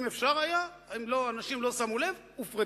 אם אפשר היה, אנשים לא שמו לב, הופרטו.